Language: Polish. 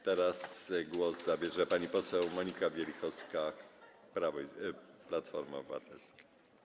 Teraz głos zabierze pani poseł Monika Wielichowska, Platforma Obywatelska.